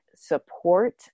support